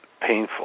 painful